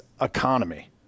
economy